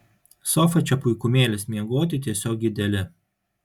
sofa čia puikumėlis miegoti tiesiog ideali